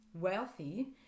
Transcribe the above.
wealthy